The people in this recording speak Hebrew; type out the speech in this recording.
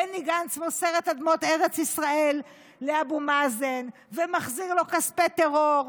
בני גנץ מוסר את אדמות ארץ ישראל לאבו מאזן ומחזיר לו כספי טרור,